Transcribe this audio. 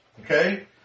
okay